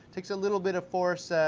takes a little bit of force.